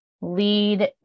lead